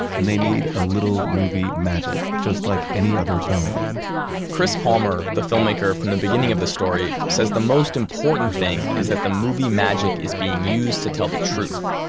and they need a little movie magic just like any other film chris palmer, the filmmaker from the beginning of the story says, the most important thing is that the movie magic is being used to tell the truth.